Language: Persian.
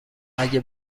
اگه